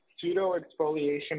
Pseudo-exfoliation